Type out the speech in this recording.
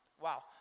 wow